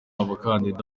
abakandida